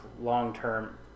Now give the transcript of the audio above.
long-term